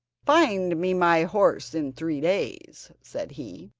find me my horse in three days said he,